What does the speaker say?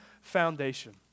foundation